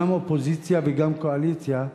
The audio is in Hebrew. גם אופוזיציה וגם קואליציה,